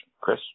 Chris